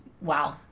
wow